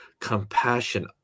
compassion